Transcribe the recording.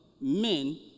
men